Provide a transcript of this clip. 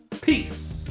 Peace